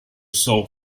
saw